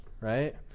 right